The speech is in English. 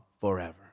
forever